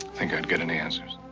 think i'd get any answers?